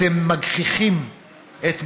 אתם מגחיכים את מעמדכם,